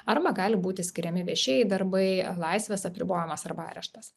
arba gali būti skiriami viešieji darbai laisvės apribojimas arba areštas